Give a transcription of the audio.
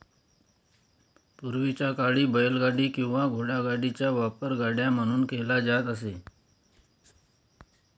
पूर्वीच्या काळी बैलगाडी किंवा घोडागाडीचा वापर गाड्या म्हणून केला जात असे